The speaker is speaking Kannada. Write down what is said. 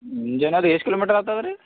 ಮುಂಜಾನೆ ಅದು ಎಷ್ಟು ಕಿಲೋಮೀಟರ್ ಆಗ್ತದ್ ರೀ